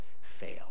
fail